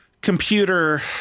computer